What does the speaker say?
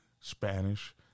Spanish